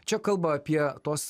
čia kalba apie tos